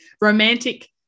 romantic